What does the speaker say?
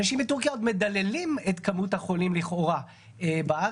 אנשים מטורקיה עוד מדללים את כמות החולים לכאורה בארץ.